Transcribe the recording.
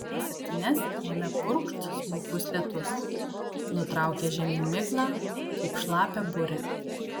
apie septynias ėmė purkšt smulkus lietus nutraukė žemyn miglą kaip šlapią burę